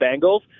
Bengals